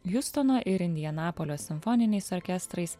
hiustono ir indianapolio simfoniniais orkestrais